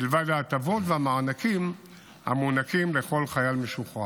מלבד ההטבות והמענקים המוענקים לכל חייל משוחרר.